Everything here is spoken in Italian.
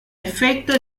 effetto